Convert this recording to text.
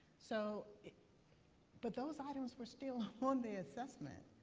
so but those items were still on the assessment.